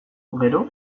gero